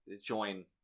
join